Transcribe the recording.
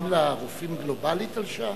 לא משלמים לרופאים גלובלית על שעה,